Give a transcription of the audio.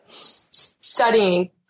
Studying